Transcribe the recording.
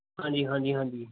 ਹਾਂਜੀ ਹਾਂਜੀ ਹਾਂਜੀ